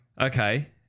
okay